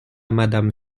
madame